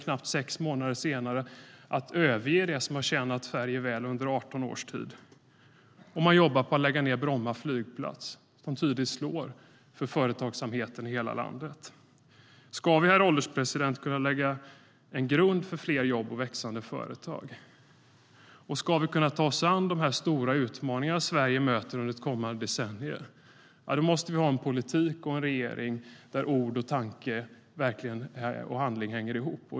Knappt sex månader senare väljer man att överge detta mål, som har tjänat Sverige väl under 18 års tid. Herr ålderspresident! Ska vi kunna lägga en grund för fler jobb och växande företag och kunna ta oss an de stora utmaningar som Sverige kommer att möta under kommande decennier, då måste vi ha en politik och en regering där tanke, ord och handling hänger ihop.